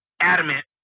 adamant